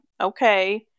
Okay